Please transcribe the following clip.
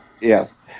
Yes